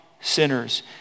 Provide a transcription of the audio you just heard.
sinners